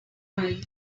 trying